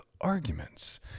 arguments